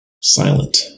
silent